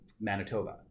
Manitoba